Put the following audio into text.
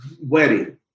wedding